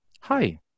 Hi